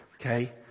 Okay